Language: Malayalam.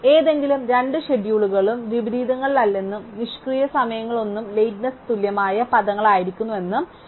ഏതെങ്കിലും രണ്ട് ഷെഡ്യൂളുകളും വിപരീതങ്ങളല്ലെന്നും നിഷ്ക്രിയ സമയങ്ങളൊന്നും ലേറ്റ്നെസ്ന്റെ തുല്യമായ പദങ്ങളായിരിക്കരുതെന്നും ഞങ്ങൾ ഇതിനകം കണ്ടു